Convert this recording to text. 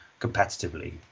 competitively